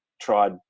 tried